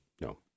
No